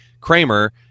kramer